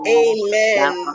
amen